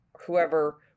whoever